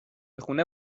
خونه